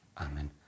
Amen